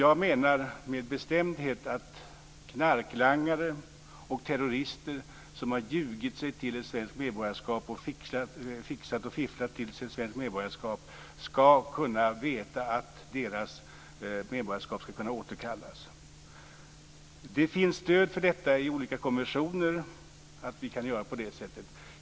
Jag menar med bestämdhet att knarklangare och terrorister som har ljugit sig till och fixat och fifflat sig till ett svenskt medborgarskap skall kunna veta att deras medborgarskap skall kunna återkallas. Det finns stöd i olika konventioner för att vi kan göra på det sättet.